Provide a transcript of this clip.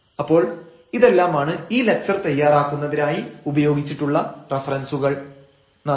അപ്പോൾ ഇതെല്ലാമാണ് ഈ ലക്ച്ചർ തയ്യാറാക്കുന്നതിനായി ഉപയോഗിച്ചിട്ടുള്ള റഫറൻസുകൾ നന്ദി